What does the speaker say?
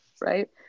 right